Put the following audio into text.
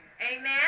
Amen